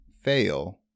fail